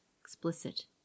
explicit